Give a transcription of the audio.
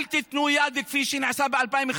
אל תיתנו יד כפי שנעשה ב-2011.